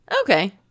Okay